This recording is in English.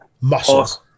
muscles